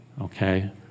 Okay